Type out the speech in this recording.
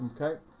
Okay